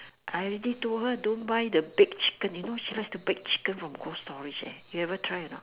I already told her don't buy the bake chicken you know she likes the bake chicken from cold-storage eh you ever try not